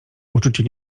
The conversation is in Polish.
uczucie